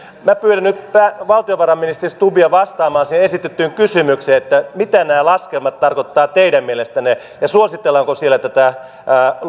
minä pyydän nyt valtiovarainministeri stubbia vastaamaan siihen esitettyyn kysymykseen mitä nämä laskelmat tarkoittavat teidän mielestänne ja suositellaanko siellä tätä